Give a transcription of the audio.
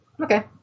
Okay